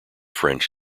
french